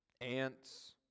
Ants